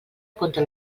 contra